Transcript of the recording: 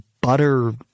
butter